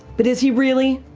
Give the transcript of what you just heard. but is he really?